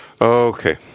okay